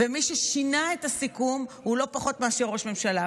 ומי ששינה את הסיכום הוא לא פחות מאשר ראש הממשלה.